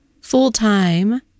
full-time